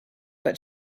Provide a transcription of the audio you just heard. but